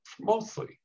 mostly